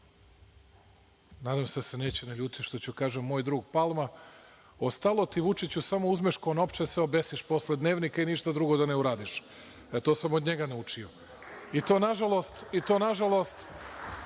nadam se da se neće naljutiti što ću da kažem moj drug Palma – ostalo ti, Vučiću, samo uzmeš konopče da se obesiš posle Dnevnika i ništa drugo da ne uradiš. E, to sam od njega naučio, i to, nažalost, nije daleko